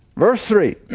verse three,